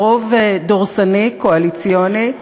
ברוב דורסני קואליציוני,